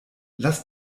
lass